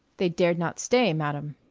they dared not stay, madam.